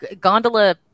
gondola